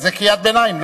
זו קריאת ביניים,